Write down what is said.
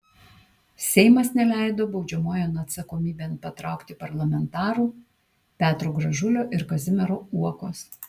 seimas neleido baudžiamojon atsakomybėn patraukti parlamentarų petro gražulio ir kazimiero uokos